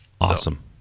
Awesome